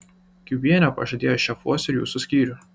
kiubienė pažadėjo šefuosiu ir jūsų skyrių